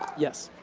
yes.